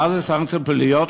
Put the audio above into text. מה זה סנקציות פליליות?